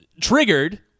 triggered